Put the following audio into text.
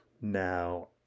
Now